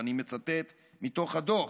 ואני מצטט מתוך הדוח: